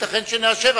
ייתכן שנאשר,